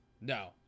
no